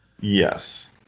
Yes